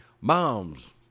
Moms